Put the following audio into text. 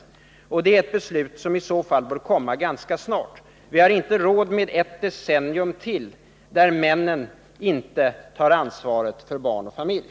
Det är ett beslut som i så fall bör komma ganska snart. Vi har inte råd med ett decennium till där männen inte tar ansvaret för barn och familj.